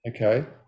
okay